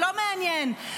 לא מעניין.